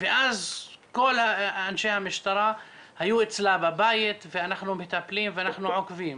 ואז כל אנשי המשטרה היו אצלה בבית ואנחנו מטפלים ואנחנו עוקבים.